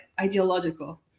ideological